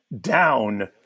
Down